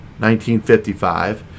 1955